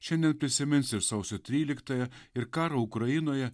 šiandien prisimins ir sausio tryliktąją ir karą ukrainoje